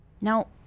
Now